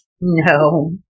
No